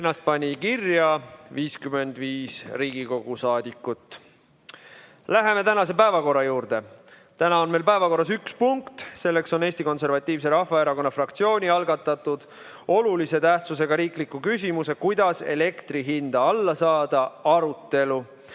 Ennast pani kirja 55 Riigikogu saadikut. Läheme tänase päevakorra juurde. Täna on meil päevakorras üks punkt, selleks on Eesti Konservatiivse Rahvaerakonna fraktsiooni algatatud olulise tähtsusega riikliku küsimuse "Kuidas elektri hind alla saada?" arutelu.